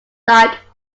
like